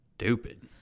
stupid